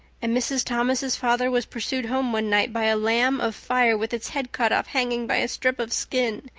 and mrs. thomas's father was pursued home one night by a lamb of fire with its head cut off hanging by a strip of skin.